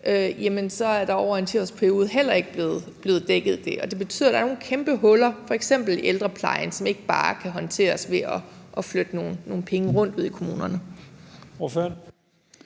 flere ældre, er over en 10-årsperiode heller ikke blevet dækket. Det betyder, at der er nogle kæmpe huller, f.eks. i ældreplejen, som ikke bare kan håndteres ved at flytte nogle penge rundt ude i kommunerne.